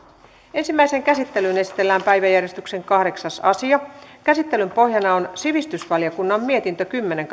ensimmäiseen käsittelyyn esitellään päiväjärjestyksen kahdeksas asia käsittelyn pohjana on sivistysvaliokunnan mietintö kymmenen